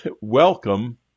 welcome